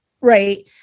right